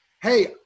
Hey